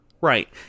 Right